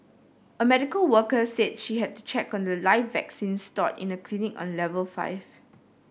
a medical worker said she had to check on live vaccines stored in a clinic on level five